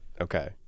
Okay